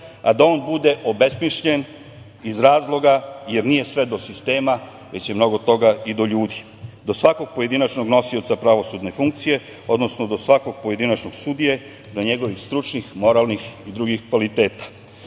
a da on bude obesmišljen iz razloga jer nije sve do sistema već je mnogo toga i do ljudi, do svakog pojedinačnog nosioca pravosudne funkcije, odnosno do svakog pojedinačnog sudije, do njegovih stručnih, moralnih i drugih kvaliteta. Dobar